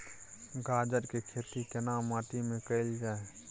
गाजर के खेती केना माटी में कैल जाए?